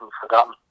forgotten